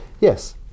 Yes